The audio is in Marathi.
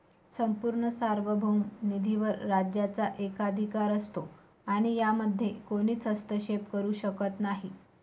संपूर्ण सार्वभौम निधीवर राज्याचा एकाधिकार असतो आणि यामध्ये कोणीच हस्तक्षेप करू शकत नाही